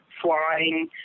flying